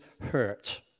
hurt